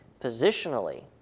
Positionally